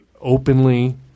openly